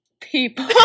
people